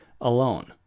alone